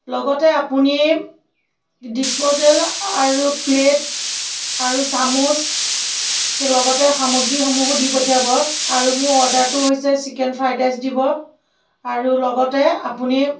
লগতে আপুনি ডিস্প'জেল আৰু প্লেট আৰু চামুচ আৰু লগতে সামগ্ৰীসমূহো দি পঠিয়াব আৰু মোৰ অৰ্ডাৰটো হৈছে চিকেন ফ্ৰাইড ৰাইচ দিব আৰু লগতে আপুনি